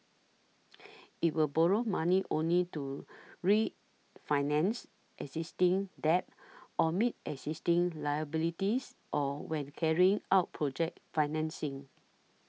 it will borrow money only to refinance existing debt or meet existing liabilities or when carrying out project financing